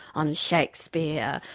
on shakespeare.